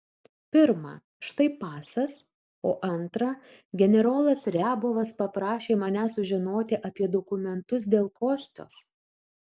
pirma štai pasas o antra generolas riabovas paprašė manęs sužinoti apie dokumentus dėl kostios